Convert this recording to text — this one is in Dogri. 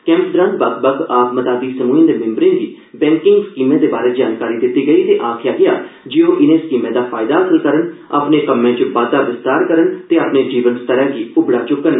कैम्प दौरान बक्ख बक्ख आप मदादी समूहें दे मिम्बरें गी बैंकिंग स्कीमें दे बारै जानकारी दिती गेई ते आक्खेआ गेआ जे ओ इनें स्कीमें दा फैयदा हासल करन अपने कम्में च बाददा विस्तार करन ते अपने जीवन स्तरै गी उबड़ा च्क्कन